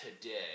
today